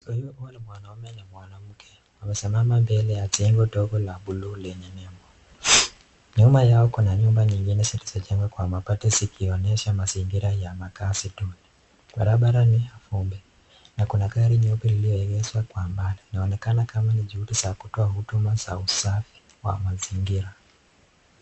Kuna mwanamume na mwanamke wamesimama mbele ya jengo dogo la buluu lenye nembo. Nyuma yao kuna nyumba nyingine zilizojengwa kwa mabati zikionyesha mazingira ya makazi duni. Barabara ni ya vumbi na kuna gari nyeupe lililoegeshwa kwa mbali. Inaonekana kama ni juhudi za kutoa huduma za usafi wa mazingira.